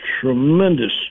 tremendous